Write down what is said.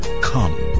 come